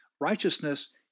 righteousness